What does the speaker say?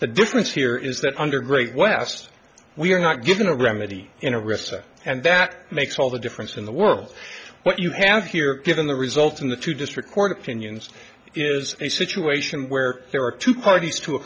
the difference here is that under great west we are not given a remedy in a recession and that makes all the difference in the world what you have here given the result in the two district court opinions is a situation where there are two parties to a